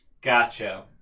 Gotcha